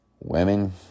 Women